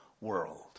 world